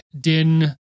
Din